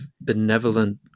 benevolent